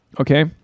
okay